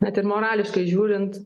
net ir morališkai žiūrint